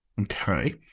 Okay